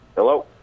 Hello